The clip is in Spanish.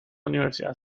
universidad